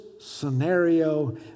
scenario